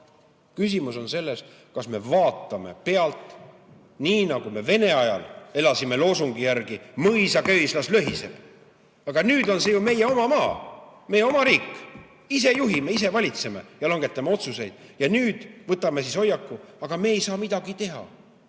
Küsimus on selles, kas me vaatame pealt, nii nagu me Vene ajal elasime loosungi järgi "mõisa köis, las lohiseb". Aga nüüd on see ju meie oma maa, meie oma riik, ise juhime, ise valitseme ja ise langetame otsuseid. Nüüd võtame siis hoiaku "aga me ei saa midagi teha"?